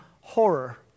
horror